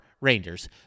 rangers